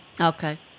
Okay